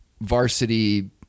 varsity